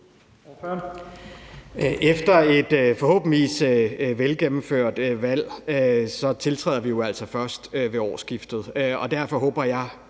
Efter et forhåbentligvis velgennemført valg tiltræder vi jo altså først ved årsskiftet.